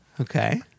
okay